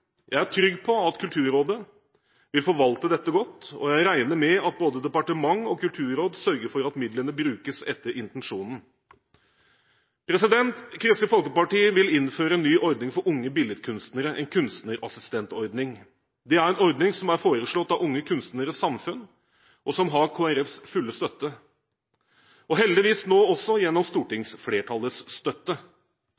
Jeg er trygg på at Kulturrådet vil forvalte dette godt, og jeg regner med at både departement og kulturråd sørger for at midlene brukes etter intensjonen. Kristelig Folkeparti vil innføre en ny ordning for unge billedkunstnere, en kunstnerassistentordning. Det er en ordning som er foreslått av Unge Kunstneres Samfund, og som har Kristelig Folkepartis fulle støtte – heldigvis nå også stortingsflertallets støtte. Gjennom